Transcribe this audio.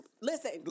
listen